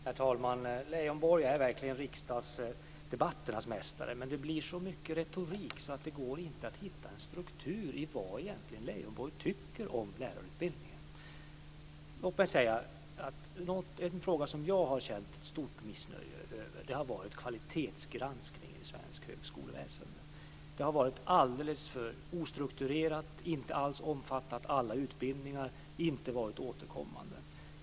Herr talman! Leijonborg är verkligen riksdagsdebatternas mästare. Men det blir så mycket retorik att det inte går att hitta en struktur i vad Leijonborg egentligen tycker om lärarutbildningen. Låt mig säga att en fråga som jag har känt stort missnöje med har varit kvalitetsgranskningen i svenskt högskoleväsende. Den har varit alldeles för ostrukturerad, inte alls omfattat alla utbildningar och inte varit återkommande.